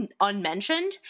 unmentioned